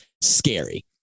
Scary